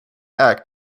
act